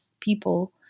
people